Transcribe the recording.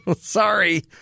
Sorry